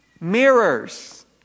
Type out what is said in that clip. mirrors